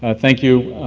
ah thank you,